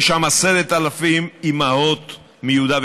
היא למעשה אזרוח של הסמכויות של כניסה